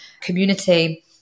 community